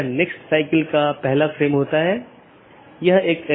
दो त्वरित अवधारणाऐ हैं एक है BGP एकत्रीकरण